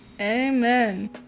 Amen